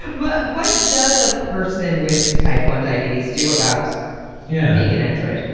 but what does a person with type one diabetes do about yeah being an android?